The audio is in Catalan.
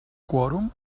quòrum